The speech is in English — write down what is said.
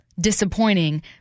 disappointing